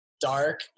dark